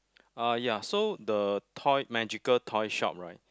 uh ya so the toy magical toy shop right